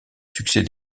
succès